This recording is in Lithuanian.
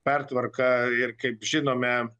pertvarka ir kaip žinome